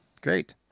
Great